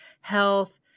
health